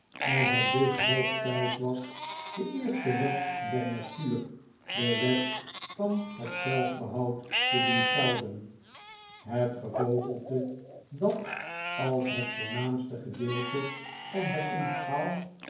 en het dus hoog tijd was de eerste wet der natuur de wet van het zelfbehoud te doen gelden het gevogelte dat als het voornaamste gedeelte van het onthaal